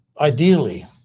ideally